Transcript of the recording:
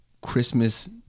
Christmas